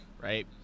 Right